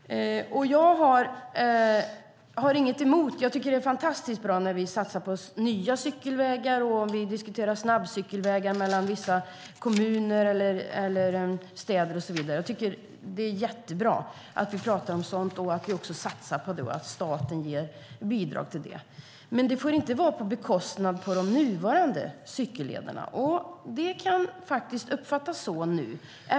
Det är fantastiskt bra att vi satsar på nya cykelvägar, att vi diskuterar snabbcykelvägar mellan vissa kommuner, städer och så vidare. Det är jättebra att vi talar om sådant och att staten ger bidrag till det. Men det får inte ske på bekostnad av de nuvarande cykellederna. Det kan faktiskt uppfattas så nu.